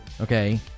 okay